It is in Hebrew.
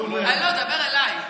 לא, דבר אליי.